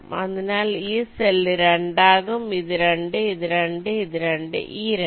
അതിനാൽ ഈ സെൽ 2 ആകും ഇത് 2 ഇത് 2 ഇത് 2 ഈ 2